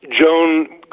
Joan